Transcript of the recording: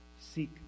seek